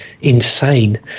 insane